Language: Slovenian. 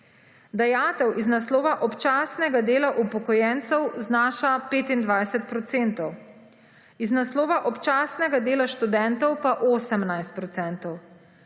Dajatev iz naslova občasnega dela upokojencev znaša 25 %. Iz naslova občasnega dela študentov pa 18